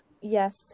Yes